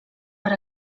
per